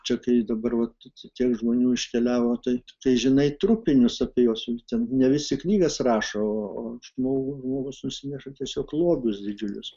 čia kai dabar vat tiek žmonių iškeliavo tai tai žinai trupinius apie juos ir ten ne visi knygas rašo o o žmogų žmogus nusineša tiesiog lobius didžiulius